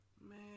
Man